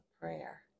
prayer